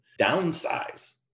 downsize